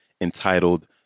entitled